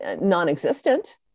non-existent